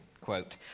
Quote